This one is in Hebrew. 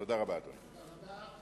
תודה רבה, אדוני.